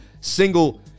single